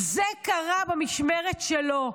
זה קרה במשמרת שלו.